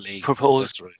proposed